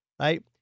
right